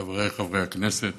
חבריי חברי הכנסת,